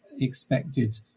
Expected